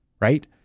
Right